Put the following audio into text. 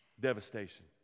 devastation